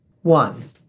One